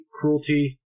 cruelty